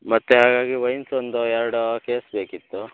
ಮತ್ತು ಹಾಗಾಗಿ ವೈನ್ಸ್ ಒಂದು ಎರಡು ಕೇಸ್ ಬೇಕಿತ್ತು